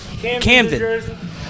Camden